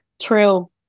True